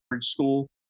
school